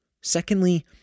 Secondly